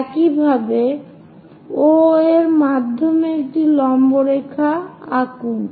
একইভাবে O এর মাধ্যমেও একটি লম্ব রেখা আঁকুন